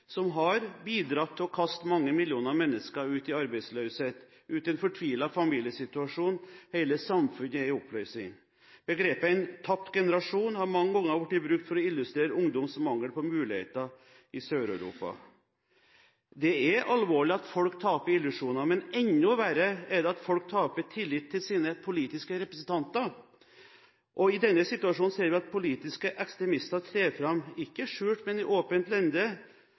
som har bidratt til å kaste mange millioner mennesker ut i arbeidsløshet, ut i en fortvilet familiesituasjon – hele samfunn er i oppløsning. Begrepet «en tapt generasjon» har mange ganger blitt brukt for å illustrere ungdoms mangel på muligheter i Sør-Europa. Det er alvorlig at folk taper illusjoner, men enda verre er det at folk taper tillit til sine politiske representanter. I denne situasjonen ser vi at politiske ekstremister trer fram – ikke skjult, men i åpent lende.